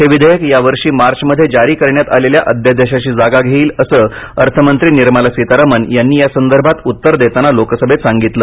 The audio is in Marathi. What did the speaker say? हे विधेयक यावर्षी मार्चमध्ये जारी करण्यात आलेल्या अध्यादेशाची जागा घेईल असं अर्थमंत्री निर्मला सीतारामन यांनी यासंदर्भात उत्तर देताना लोकसभेत सांगितलं